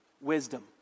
wisdom